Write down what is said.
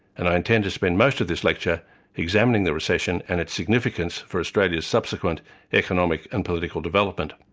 and i intend to spend most of this lecture examining the recession and its significance for australia's subsequent economic and political development.